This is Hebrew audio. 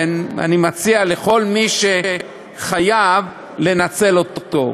אני מציע לכל מי שחייב לנצל אותו.